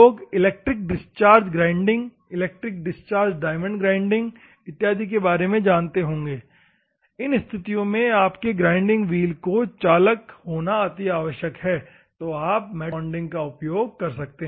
लोग electric discharge grinding electric discharge diamond grinding इत्यादि के बारे में जानते होंगे इन स्थितियों में आपके ग्राइंडिंग व्हील को चालक होना होगा तो आप मेटल बॉन्डिंग का उपयोग कर सकते हैं